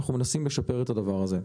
אנחנו מנסים לשפר את הדבר הזה.